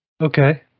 Okay